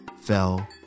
fell